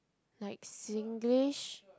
like Singlish